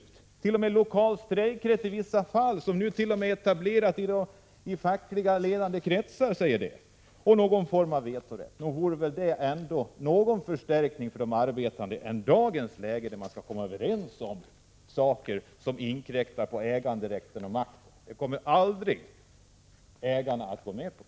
Man kunde tänka sig t.o.m. lokal strejkrätt i vissa fall, som också föreslås från ledande fackliga kretsar, och någon form av vetorätt. Nog borde detta ändå vara en förstärkning för de arbetande jämfört med dagens läge, där man skall komma överens om sådant som inkräktar på äganderätt och makt. Det går ju ägarna aldrig med på.